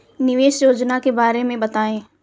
निवेश योजना के बारे में बताएँ?